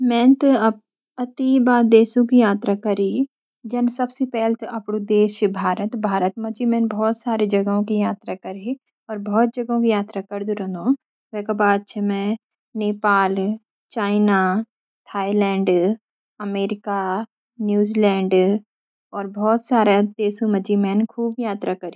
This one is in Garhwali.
मैन त अति बात देशो की यात्रा करि। जन सबसी पहली आपडू देश छ भारत। भारत मंजी मैंन बहुत सारा देशों की यात्रा करि और बहुत जगहों की यात्रा करदू रहादो। वे का बाद मै Nepal, China, Thailand, America, New Zealand और बहुत सारा देशों मंजी मैंन खूब यात्रा करि।